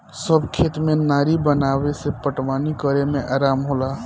सब खेत में नारी बनावे से पटवनी करे में आराम होला